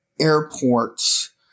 airports